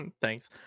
Thanks